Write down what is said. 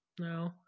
no